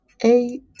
eight